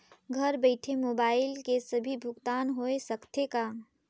घर बइठे मोबाईल से भी भुगतान होय सकथे का?